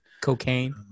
Cocaine